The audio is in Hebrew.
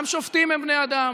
גם שופטים הם בני אדם,